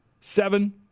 seven